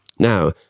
Now